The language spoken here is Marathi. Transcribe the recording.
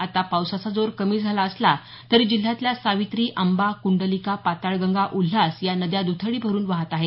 आता पावसाचा जोर कमी झाला असला तरी जिल्ह्यातल्या सावित्री आंबा कुंडलिका पाताळगंगा उल्हास या नद्या दथडी भरून वाहत आहेत